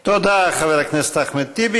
תודה, חבר הכנסת אחמד טיבי.